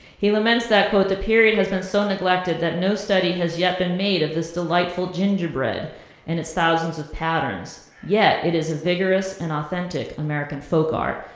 he laments that quote, the period has been so neglected that no study has yet been made of this delightful gingerbread in its thousands of patterns. yeah yet is a vigorous an authentic american folk art.